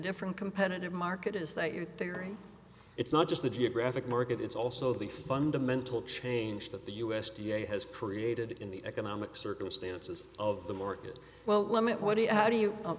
different competitive market is that your theory it's not just the geographic market it's also the fundamental change that the u s d a has created in the economic circumstances of the market well limit what do you how do you